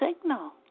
signal